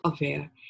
aware